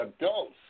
adults